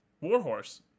Warhorse